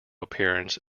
appearance